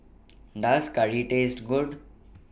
Does Curry Taste Good